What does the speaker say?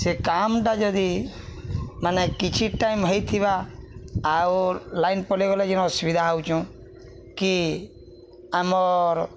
ସେ କାମ୍ଟା ଯଦି ମାନେ କିଛି ଟାଇମ୍ ହେଇଥିବା ଆଉ ଲାଇନ୍ ପଳେଇଗଲେ ଯିନ ଅସୁବିଧା ହଉଚୁଁ କି ଆମର୍